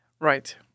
Right